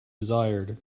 desired